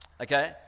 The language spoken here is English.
Okay